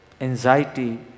anxiety